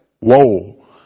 whoa